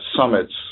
summits